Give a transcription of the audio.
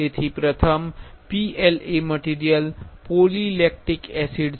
તેથી પ્રથમ PLA material polylactic acid છે